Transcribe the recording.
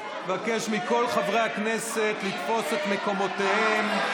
אני מבקש מכל חברי הכנסת לתפוס את מקומותיהם.